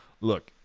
look